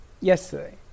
yesterday